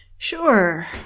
Sure